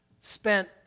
spent